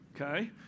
Okay